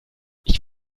ich